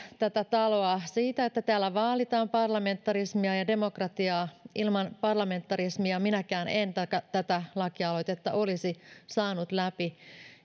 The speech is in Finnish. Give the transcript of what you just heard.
tätä taloa siitä että täällä vaalitaan parlamentarismia ja demokratiaa ilman parlamentarismia minäkään en tätä lakialoitetta olisi saanut läpi